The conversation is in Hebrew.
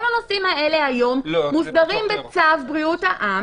כל הנושאים האלה היום מוסדרים בצו בריאות העם